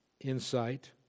insight